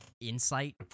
insight